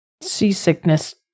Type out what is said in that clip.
seasickness